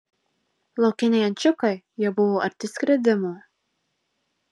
laukiniai ančiukai jau buvo arti skridimo